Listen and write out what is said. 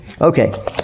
Okay